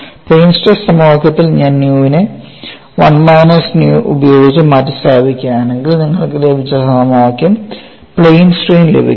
plain stress സമവാക്യത്തിൽ ഞാൻ ന്യൂയെ 1 മൈനസ് ന്യൂ ഉപയോഗിച്ച് മാറ്റിസ്ഥാപിക്കുകയാണെങ്കിൽ നിങ്ങൾക്ക് ലഭിച്ച സമവാക്യം പ്ലെയിൻ സ്ട്രെയിൻ ലഭിക്കും